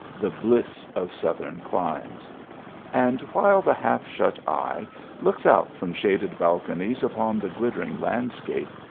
the bliss of southern climes and while the half-shut eye looks out from shaded balconies upon the glittering landscape,